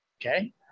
Okay